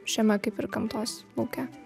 šiame kaip ir gamtos lauke